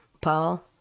Paul